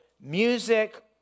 music